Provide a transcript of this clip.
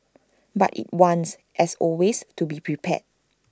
but IT wants as always to be prepared